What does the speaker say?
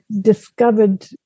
discovered